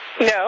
No